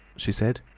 she said.